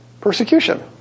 persecution